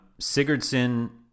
Sigurdsson